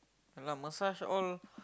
ya lah massage all